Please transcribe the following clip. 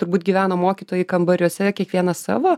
turbūt gyveno mokytojai kambariuose kiekvienas savo